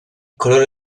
colore